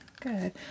Good